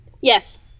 Yes